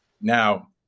now